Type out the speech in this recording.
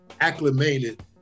acclimated